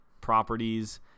properties